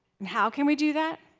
and how can we do that?